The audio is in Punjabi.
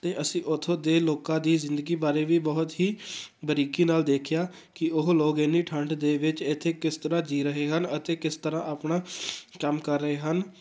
ਅਤੇ ਅਸੀਂ ਉੱਥੋਂ ਦੇ ਲੋਕਾਂ ਦੀ ਜ਼ਿੰਦਗੀ ਬਾਰੇ ਵੀ ਬਹੁਤ ਹੀ ਬਰੀਕੀ ਨਾਲ ਦੇਖਿਆ ਕਿ ਉਹ ਲੋਕ ਇੰਨੀ ਠੰਡ ਦੇ ਵਿੱਚ ਇੱਥੇ ਕਿਸ ਤਰ੍ਹਾਂ ਜੀਅ ਰਹੇ ਹਨ ਅਤੇ ਕਿਸ ਤਰ੍ਹਾਂ ਆਪਣਾ ਕੰਮ ਕਰ ਰਹੇ ਹਨ